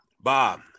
Bob